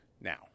Now